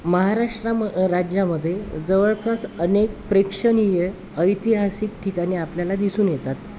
महाराष्ट्राम राज्यामध्ये जवळपास अनेक प्रेक्षणीय ऐतिहासिक ठिकाणी आपल्याला दिसून येतात